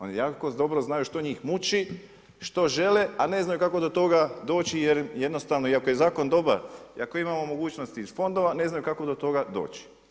Oni jako dobro znaju što njih muči, što žele, a ne znaju kako do toga doći jer jednostavno iako je zakon dobar, i ako imamo mogućnosti iz fondova ne znaju kako do toga doći.